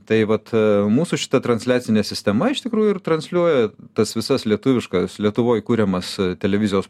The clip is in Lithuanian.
tai vat mūsų šita transliacinė sistema iš tikrųjų ir transliuoja tas visas lietuviškas lietuvoj kuriamas televizijos